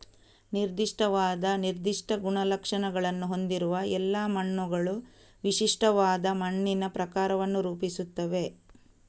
ನಿರ್ದಿಷ್ಟವಾದ ನಿರ್ದಿಷ್ಟ ಗುಣಲಕ್ಷಣಗಳನ್ನು ಹೊಂದಿರುವ ಎಲ್ಲಾ ಮಣ್ಣುಗಳು ವಿಶಿಷ್ಟವಾದ ಮಣ್ಣಿನ ಪ್ರಕಾರವನ್ನು ರೂಪಿಸುತ್ತವೆ